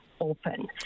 open